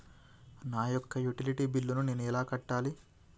నా యొక్క utility bill నేను ఎలా కట్టాలి?